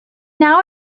now